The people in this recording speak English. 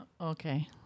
okay